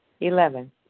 Eleven